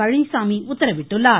பழனிசாமி உத்தரவிட்டுள்ளார்